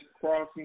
crossing